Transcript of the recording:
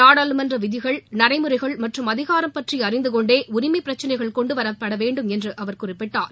நாடாளுமன்ற விதிகள் நடைமுறைகள் மற்றும் அதிகாரம்பற்றி அறிந்துகொண்டே உரிமைப்பிரச்சனைகள் கொண்டுவரப்பட வேண்டும் என்று அவர் குறிப்பிட்டார்